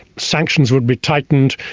sanctions would be tightened,